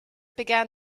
began